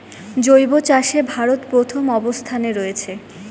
জৈব চাষে ভারত প্রথম অবস্থানে রয়েছে